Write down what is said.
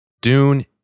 Dune